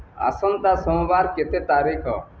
ଆସନ୍ତା ସୋମବାର କେତେ ତାରିଖ